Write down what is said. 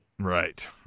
Right